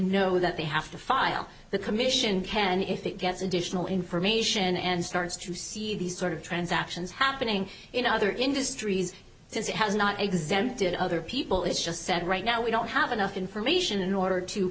know that they have to file the commission can if that gets additional information and starts to see these sort of transactions happening in other industries because it has not exempted other people it's just said right now we don't have enough information in order to